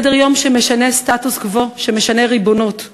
סדר-יום שמשנה סטטוס קוו, שמשנה ריבונות.